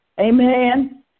Amen